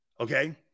Okay